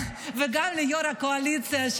וגם ליו"ר הקואליציה,